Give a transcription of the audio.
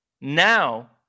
Now